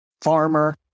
farmer